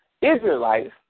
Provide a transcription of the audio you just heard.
Israelites